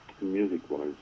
music-wise